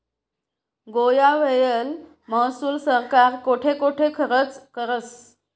गोया व्हयेल महसूल सरकार कोठे कोठे खरचं करस?